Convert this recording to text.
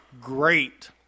great